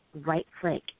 right-click